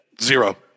Zero